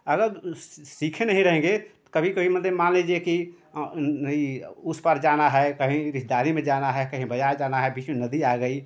अगर सीखे नहीं रहेंगे तो कभी कभी मतलब मान लीजिए कि उस पार जाना है कहीं रिश्तेदारी में जाना है कहीं बाज़ार जाना है बीच में नदी आ गई